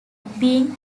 being